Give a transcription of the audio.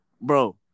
Bro